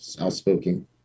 outspoken